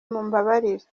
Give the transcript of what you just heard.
mumbabarire